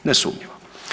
Nesumnjivo.